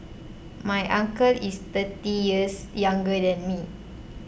my uncle is thirty years younger than me